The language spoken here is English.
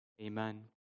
Amen